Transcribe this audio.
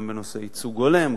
גם בנושא ייצוג הולם,